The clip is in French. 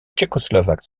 tchécoslovaques